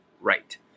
right